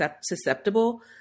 susceptible